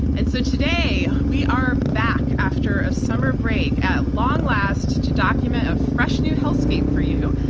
and so today we are back after a summer break at long last to document a fresh new hellscape for you.